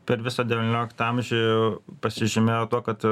per visą devynioliktą amžių pasižymėjo tuo kad